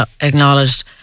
acknowledged